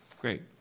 Great